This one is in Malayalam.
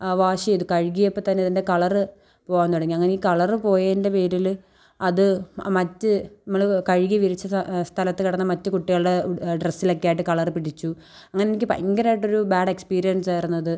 ആ വാഷ് ചെയ്തു കഴുകിയപ്പം തന്നെ അതിൻ്റെ കളറ് പോവാൻ തുടങ്ങി അങ്ങനെ ഈ കളറ് പോയേൻ്റെ പേരിൽ അത് മറ്റ് നമ്മൾ കഴുകി വിരിച്ചത് സ്ഥലത്ത് കിടന്ന മറ്റ് കുട്ടികളുടെ ഡ്രസ്സിലൊക്കെയായിട്ട് കളറ് പിടിച്ചു അങ്ങനെ എനിക്ക് ഭയങ്കരമായിട്ടൊരു ബാഡ് എക്സ്പീരിയൻസായിരുന്നത്